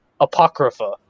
Apocrypha